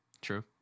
True